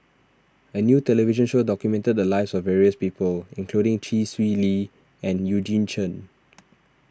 a new television show documented the lives of various people including Chee Swee Lee and Eugene Chen